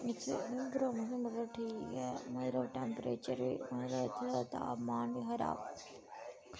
नेरे नांऽ बलबीर ऐ नमें पैंथल ब्लाक दा रौह्ने आह्ला आं